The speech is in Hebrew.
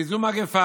כי זו מגפה,